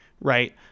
Right